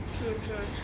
true true